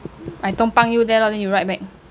I tumpang you there lor then you ride back